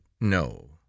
no